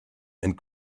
and